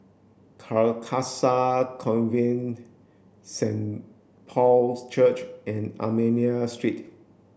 Carcasa Convent Saint Paul's Church and Armenian Street